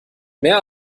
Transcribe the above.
mehr